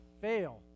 fail